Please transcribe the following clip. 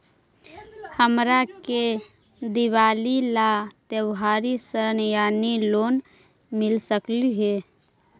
हमरा के दिवाली ला त्योहारी ऋण यानी लोन मिल सकली हे?